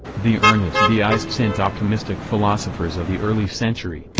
the earnest deists and optimistic philosophers of the early century,